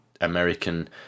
american